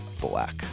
Black